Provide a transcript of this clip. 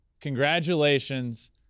congratulations